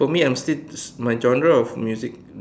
for me I'm still my genre of music